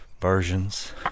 versions